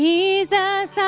Jesus